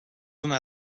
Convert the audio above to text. una